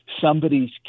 somebody's